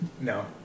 No